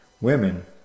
women